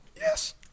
Yes